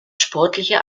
sportliche